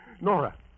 Nora